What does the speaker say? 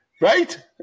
Right